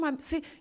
See